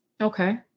Okay